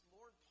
Lord